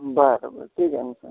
बरं बरं ठीक आहे ना सर